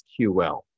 SQL